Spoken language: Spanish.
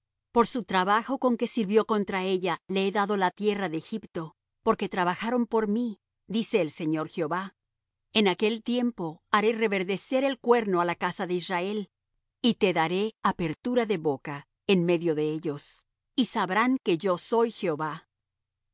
por su trabajo con que sirvió contra ella le he dado la tierra de egipto porque trabajaron por mí dice el señor jehová en aquel tiempo haré reverdecer el cuerno á la casa de israel y te daré apertura de boca en medio de ellos y sabrán que yo soy jehová y